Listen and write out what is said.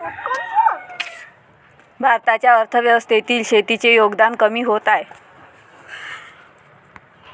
भारताच्या अर्थव्यवस्थेतील शेतीचे योगदान कमी होत आहे